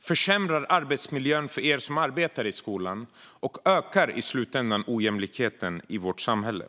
försämrar arbetsmiljön för er som arbetar i skolan och ökar i slutändan ojämlikheten i vårt samhälle.